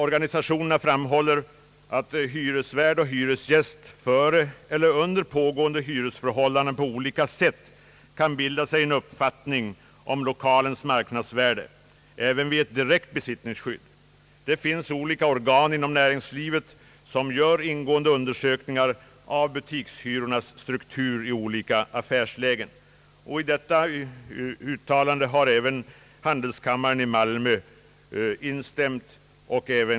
Organisationerna framhåller att hyresvärd och hyresgäst före eller under pågående hy resförhållande på olika sätt kan bilda sig en uppfattning om lokalens marknadsvärde även vid ett direkt besittningsskydd. Det finns olika organ inom näringslivet som gör ingående undersökningar av butikshyrornas struktur i olika affärslägen. I detta uttalande har även handelskammaren i Malmö instämt.